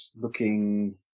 looking